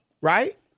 right